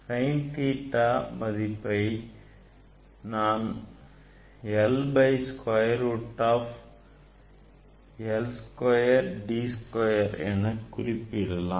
sin theta மதிப்பை நான் l by square root of l square plus D square எனக் குறிப்பிடலாம்